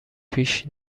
پیش